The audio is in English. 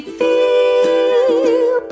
feel